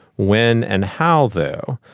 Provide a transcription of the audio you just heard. when and how, though?